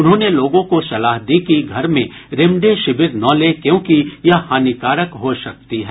उन्होंने लोगों को सलाह दी कि घर में रेमडेसिविर न लें क्योंकि यह हानिकारक हो सकती है